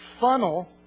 funnel